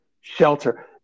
shelter